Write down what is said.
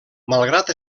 malgrat